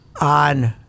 On